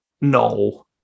No